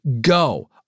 go